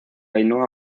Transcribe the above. ainhoa